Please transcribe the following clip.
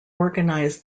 organise